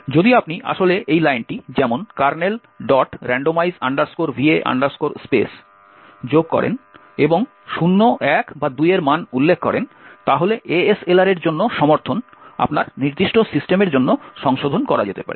যদি আপনি আসলে এই লাইনটি যেমন kernelrandomize va space যোগ করেন এবং 0 1 বা 2 এর মান উল্লেখ করেন তাহলে ASLR এর জন্য সমর্থন আপনার নির্দিষ্ট সিস্টেমের জন্য সংশোধন করা যেতে পারে